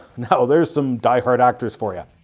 now there's some die-hard actors for ya!